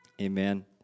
Amen